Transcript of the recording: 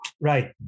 Right